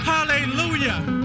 Hallelujah